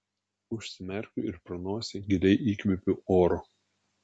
užsimerkiu ir pro nosį giliai įkvėpiu oro